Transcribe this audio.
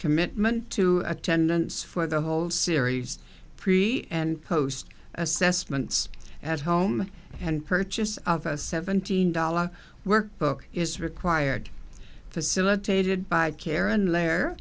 commitment to attendance for the whole series pre and post assessments at home and purchase of a seventeen dollars workbook is required facilitated by karen la